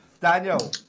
Daniel